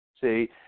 See